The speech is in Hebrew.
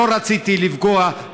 לא רציתי לפגוע,